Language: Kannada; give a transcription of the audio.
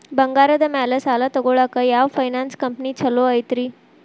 ಬಂಗಾರದ ಮ್ಯಾಲೆ ಸಾಲ ತಗೊಳಾಕ ಯಾವ್ ಫೈನಾನ್ಸ್ ಕಂಪನಿ ಛೊಲೊ ಐತ್ರಿ?